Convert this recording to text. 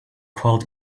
called